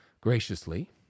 graciously